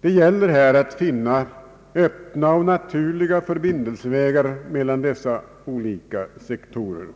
Det gäller här att finna öppna och naturliga förbindelsevägar mellan dessa olika sektorer.